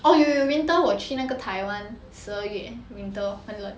oh 有有有 winter 我去那个 taiwan 十二月 winter 很冷